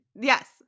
yes